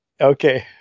Okay